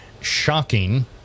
shocking